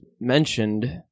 mentioned